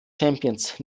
champions